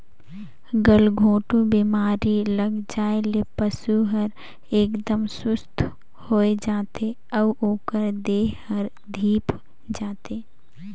गलघोंटू बेमारी लग जाये ले पसु हर एकदम सुस्त होय जाथे अउ ओकर देह हर धीप जाथे